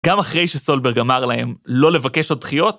גם אחרי שסולברג אמר להם לא לבקש עוד דחיות?